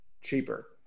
cheaper